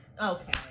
Okay